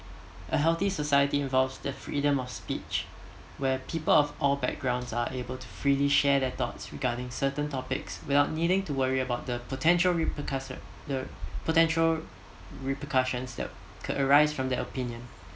a healthy society involves the freedom of speech where people of all backgrounds are able to freely share their thoughts regarding certain topics without needing to worry about the potential repercuss~ the potential repercussions that could arise from their opinion